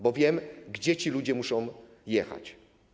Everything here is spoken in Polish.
Wtedy wiem, gdzie ci ludzie muszą jechać.